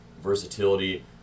versatility